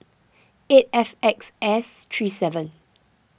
eight F X S three seven